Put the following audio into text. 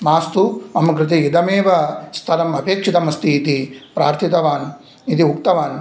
मास्तु मम कृते इदमेव स्तलम् अपेक्षितमस्ति इति प्रार्थितवान् इति उक्तवान्